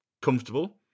comfortable